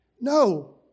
No